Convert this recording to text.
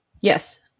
Yes